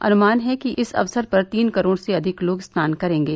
अनुमान है कि इस अवसर पर तीन करोड़ से अधिक लोग स्नान करेंगे